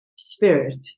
Spirit